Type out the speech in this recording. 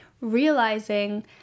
realizing